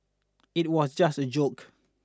it was just a joke